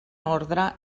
ordre